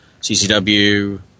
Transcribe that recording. CCW